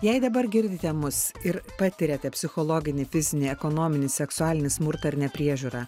jei dabar girdite mus ir patiriate psichologinį fizinį ekonominį seksualinį smurtą ar nepriežiūrą